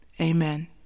amen